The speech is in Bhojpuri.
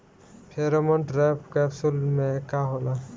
फेरोमोन ट्रैप कैप्सुल में का होला?